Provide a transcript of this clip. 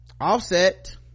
Offset